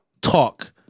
talk